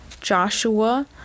Joshua